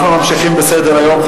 אנחנו ממשיכים בסדר-היום,